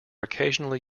occasionally